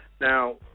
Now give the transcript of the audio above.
Now